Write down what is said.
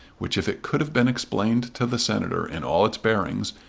which if it could have been explained to the senator in all its bearings,